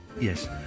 Yes